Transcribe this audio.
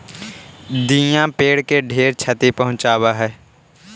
दियाँ पेड़ के ढेर छति पहुंचाब हई